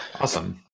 awesome